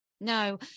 No